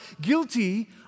Guilty